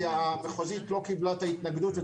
כי המחוזית לא קיבלה את ההתנגדות.